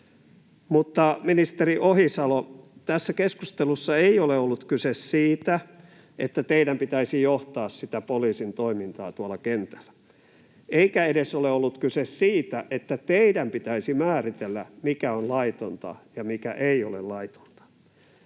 Mutta, ministeri Ohisalo, tässä keskustelussa ei ole ollut kyse siitä, että teidän pitäisi johtaa sitä poliisin toimintaa tuolla kentällä, eikä ole ollut kyse edes siitä, että teidän pitäisi määritellä, mikä on laitonta ja mikä ei ole laitonta.